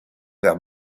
vers